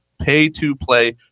pay-to-play